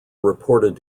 reported